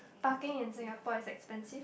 parking in Singapore is expensive